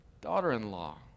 daughter-in-law